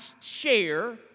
share